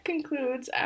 concludes